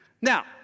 Now